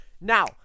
Now